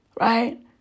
right